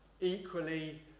equally